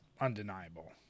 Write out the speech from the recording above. undeniable